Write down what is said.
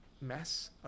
mess